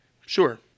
Sure